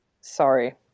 sorry